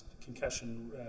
concussion